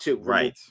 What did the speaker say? Right